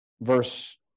verse